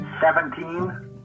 Seventeen